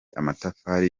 amatafari